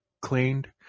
cleaned